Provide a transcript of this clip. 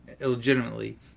illegitimately